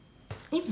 Amos